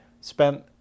spent